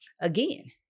Again